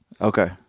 Okay